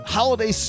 holiday